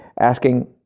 asking